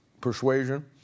persuasion